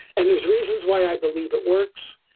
and there's reasons why i believe it works.